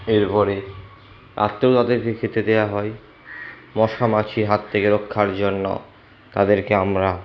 এর পরে তাদেরকে খেতে দেওয়া হয় মশা মাছির হাত থেকে রক্ষার জন্য তাদেরকে আমরা